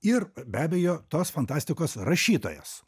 ir be abejo tos fantastikos rašytojas